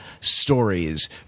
stories